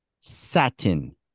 satin